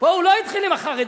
פה הוא לא התחיל עם החרדים.